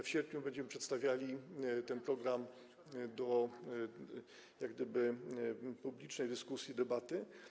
W sierpniu będziemy przedstawiali ten program do publicznej dyskusji, debaty.